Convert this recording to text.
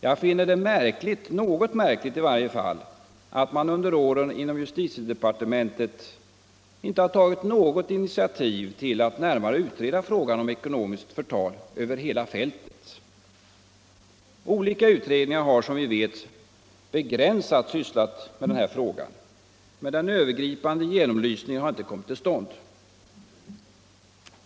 Jag finner det märkligt — något märkligt i varje fall — att man under åren inom justitiedepartementet inte tagit något initiativ till att närmare utreda frågan om ekonomiskt förtal över hela fältet. Olika utredningar har som bekant begränsat sysslat med frågan, men den övergripande genomlysningen har inte kommit till stånd.